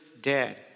dead